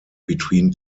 between